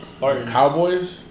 Cowboys